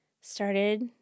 started